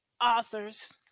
authors